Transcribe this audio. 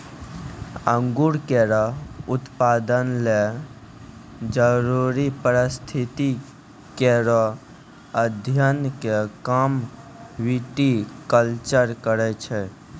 अंगूर केरो उत्पादन ल जरूरी परिस्थिति केरो अध्ययन क काम विटिकलचर करै छै